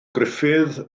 griffith